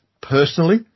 personally –